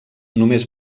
només